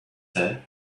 said